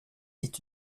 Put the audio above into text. est